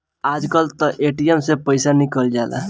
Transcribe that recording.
आजकल तअ ए.टी.एम से पइसा निकल जाला